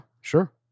sure